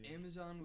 Amazon